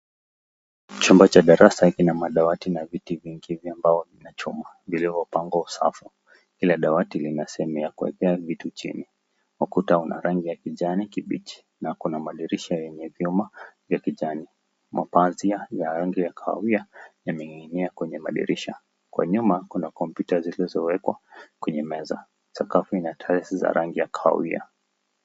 Chumba cha darasa kina madawati na viti vingi vya mbao na chuma vilivyo pangwa kwa safu. Kila dawati kina sehemu ya kuekea vitu chini, ukuta una rangi kijani kibichi na kuna madirisha yenye vyuma vya kijani. Mapazia ya rangi ya kahawiaa ime enea kwenye madirisha, kwa nyuma kuna kompyuta zilizowekwa kwenye meza. Sakafu zina tiles za rangi ya kahawia.